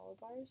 bars